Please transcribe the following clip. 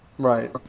Right